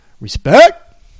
respect